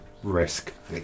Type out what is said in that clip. risk